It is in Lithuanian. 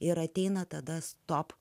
ir ateina tada stop